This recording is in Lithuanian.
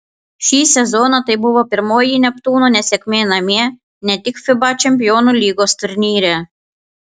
šį sezoną tai buvo pirmoji neptūno nesėkmė namie ne tik fiba čempionų lygos turnyre